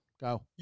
Go